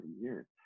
years